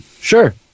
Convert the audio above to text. Sure